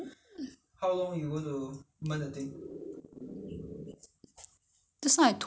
have to be low heat half a heat uh no one hour for meat is one hour you know so have to be low heat or else